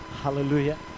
Hallelujah